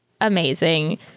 amazing